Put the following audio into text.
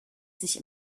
sich